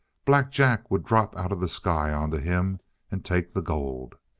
black jack would drop out of the sky onto him and take the gold.